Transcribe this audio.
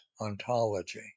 ontology